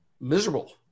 miserable